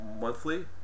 Monthly